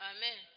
Amen